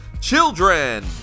children